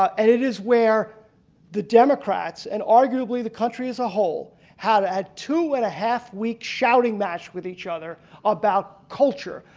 and it is where the democrats and arguably the country as a whole had two and a half week shouting match with each other about culture.